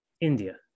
India